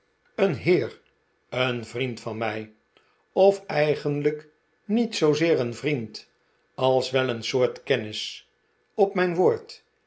een heer een vriend van mij of eigenlijk niet zoozeer een vriend als wel een soort kennis op mijn woord